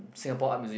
Singapore Art Museum